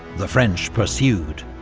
the french pursued,